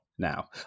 Now